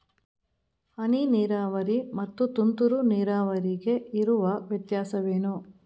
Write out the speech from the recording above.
ಹನಿ ನೀರಾವರಿ ಮತ್ತು ತುಂತುರು ನೀರಾವರಿಗೆ ಇರುವ ವ್ಯತ್ಯಾಸವೇನು?